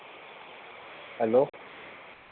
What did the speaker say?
hello